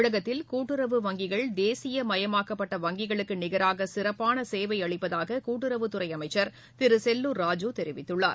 தமிழகத்தில் கூட்டுறவு வங்கிகள் தேசிய மயமாக்கப்பட்ட வங்கிகளுக்கு நிகராக சிறப்பான சேவை அளிப்பதாக கூட்டுறவுத் துறை அமைச்சர் திரு செல்லூர் ராஜூ தெரிவித்துள்ளார்